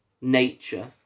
nature